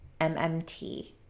MMT